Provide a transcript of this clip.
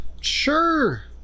sure